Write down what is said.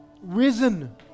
risen